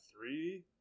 Three